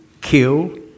kill